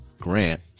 Grant